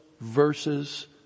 verses